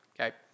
Okay